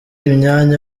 imyanya